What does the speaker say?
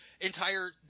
entire